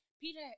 Peter